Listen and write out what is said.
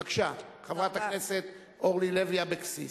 בבקשה, חברת הכנסת אורלי לוי אבקסיס.